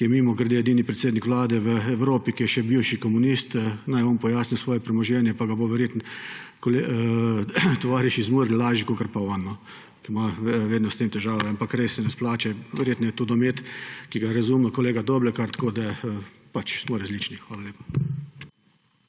ki je – mimogrede – edini predsednik vlade v Evropi, ki je še bivši komunist, naj on pojasni svoje premoženje, pa ga bo verjetno tovariš iz Murgel lažje kot on, ki ima vedno s tem težave. Ampak res se ne splača, verjetno je to domet, ki ga razume kolega Doblekar. Pač, smo različni. Hvala lepa.